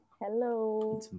hello